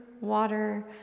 water